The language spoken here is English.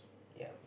yea